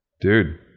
dude